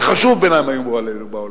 זה חשוב בעיני מה יאמרו עלינו בעולם,